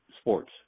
sports